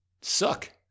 Suck